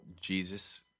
Jesus